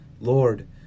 Lord